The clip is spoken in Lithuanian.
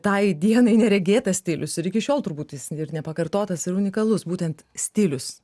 tai dienai neregėtas stilius ir iki šiol turbūt jis ir nepakartotas ir unikalus būtent stilius